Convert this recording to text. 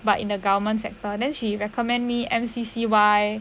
but in a government sector then she recommend me M_C_C_Y